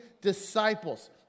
disciples